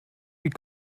wie